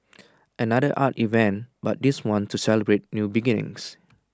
another art event but this one's to celebrate new beginnings